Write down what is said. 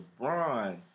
LeBron